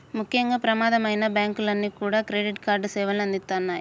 ముఖ్యంగా ప్రమాదమైనా బ్యేంకులన్నీ కూడా క్రెడిట్ కార్డు సేవల్ని అందిత్తన్నాయి